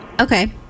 Okay